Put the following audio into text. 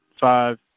Five